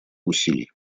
усилий